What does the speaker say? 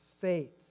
faith